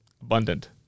abundant